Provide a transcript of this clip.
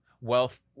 wealth